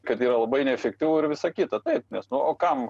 kad yra labai neefektyvu ir visa kita taip nes nu o kam